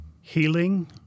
healing